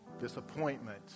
disappointment